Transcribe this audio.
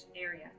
area